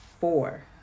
four